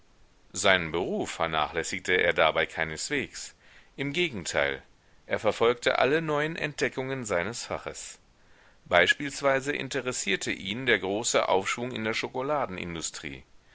seinen beruf vernachlässigte er dabei keineswegs im gegenteil er verfolgte alle neuen entdeckungen seines faches beispielsweise interessierte ihn der große aufschwung in der schokoladenindustrie